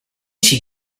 she